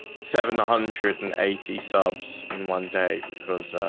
seven hundred and eighty subs in one day because